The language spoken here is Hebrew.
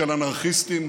של אנרכיסטים,